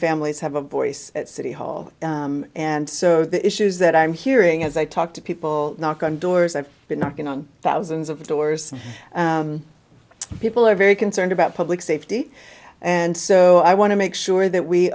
families have a voice at city hall and so the issues that i'm hearing as i talk to people knock on doors i've been knocking on thousands of doors people are very concerned about public safety and so i want to make sure that we